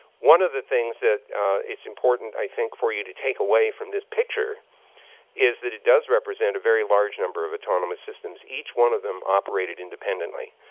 one of the things that it's important, i think, for you to take away from this picture is that it does represent a very large number of autonomous systems, each one of them operated independently.